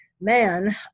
man